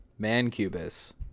mancubus